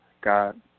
God